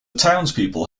townspeople